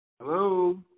Hello